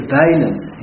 violence